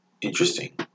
interesting